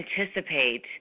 anticipate